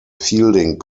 fielding